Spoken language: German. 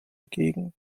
gegend